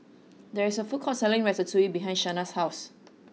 there is a food court selling Ratatouille behind Shaina's house